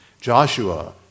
Joshua